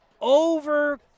Over